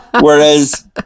Whereas